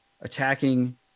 attacking